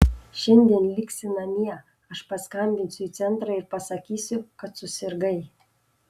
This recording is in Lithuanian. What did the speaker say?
šiandien liksi namie aš paskambinsiu į centrą ir pasakysiu kad susirgai